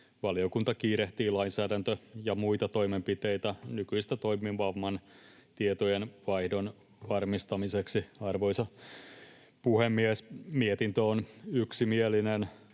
Valiokunta kiirehtii lainsäädäntö‑ ja muita toimenpiteitä nykyistä toimivamman tietojenvaihdon varmistamiseksi. Arvoisa Puhemies! Mietintö on yksimielinen.